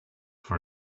for